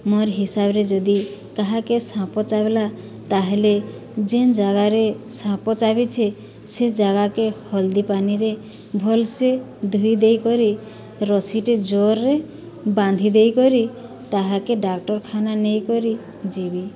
ମୋର୍ ହିସାବରେ ଯଦି କାହାକେ ସାପ ଚାବ୍ଲା ତା'ହେଲେ ଯେନ୍ ଜାଗାରେ ସାପ ଚାବିଛେ ସେ ଜାଗାକେ ହଲ୍ଦି ପାନିରେ ଭଲ୍ସେ ଧୋଇ ଦେଇକରି ରସିଟେ ଜୋର୍ରେ ବାନ୍ଧି ଦେଇକରି ତାହାକେ ଡାକ୍ଟରଖାନା ନେଇକରି ଯିବି